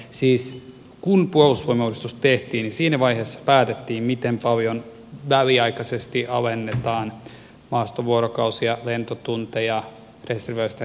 siis kun puolustusvoimauudistus tehtiin niin siinä vaiheessa päätettiin miten paljon väliaikaisesti alennetaan maastovuorokausia lentotunteja reserviläisten kertausharjoituksia ynnä muita